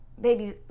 baby